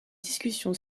discussion